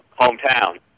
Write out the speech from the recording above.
hometown